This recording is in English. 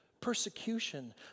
persecution